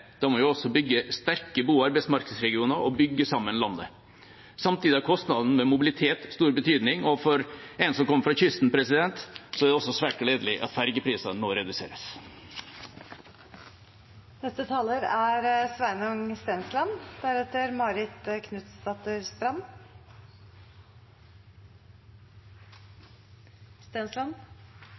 da må vi også bygge sterke bo- og arbeidsmarkedsregioner og bygge sammen landet. Samtidig har kostnadene ved mobilitet stor betydning, og for en som kommer fra kysten, er det også svært gledelig at fergeprisene nå